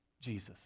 Jesus